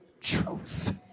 truth